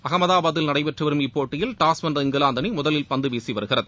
அகமதாபாத்தில் நடைபெற்று வரும் இப்போட்டியில் டாஸ் வென்ற இங்கிலாந்து அணி முதலில் பந்து வீசி வருகிறது